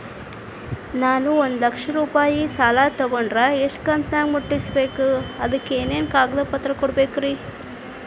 ನಾನು ಒಂದು ಲಕ್ಷ ರೂಪಾಯಿ ಸಾಲಾ ತೊಗಂಡರ ಎಷ್ಟ ಕಂತಿನ್ಯಾಗ ಮುಟ್ಟಸ್ಬೇಕ್, ಅದಕ್ ಏನೇನ್ ಕಾಗದ ಪತ್ರ ಕೊಡಬೇಕ್ರಿ?